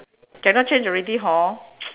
cannot change already hor